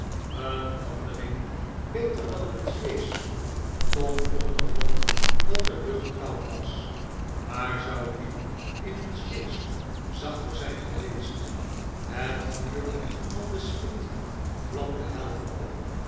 een wandeling beter dan een sjees tom ondervond dat de lucht koud was maar zou die in een sjees zachter zijn geweest het vuur van den smid vlamde helder op